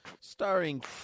starring